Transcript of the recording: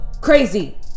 crazy